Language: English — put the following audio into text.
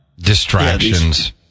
distractions